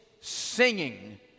singing